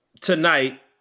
tonight